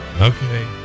Okay